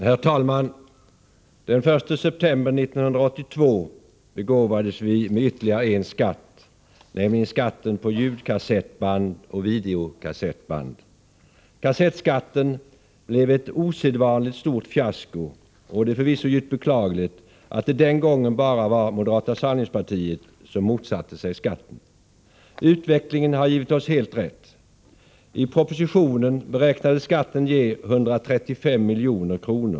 Herr talman! Den 1 september 1982 begåvades vi med ytterligare en skatt, nämligen skatten på ljudkassettband och videokassettband. Kassettskatten blev ett osedvanligt stort fiasko, och det är förvisso djupt beklagligt att det den gången bara var moderata samlingspartiet som motsatte sig införandet av skatten. Utvecklingen har givit oss helt rätt. I propositionen beräknades skatten ge 135 milj.kr.